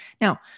Now